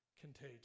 contagious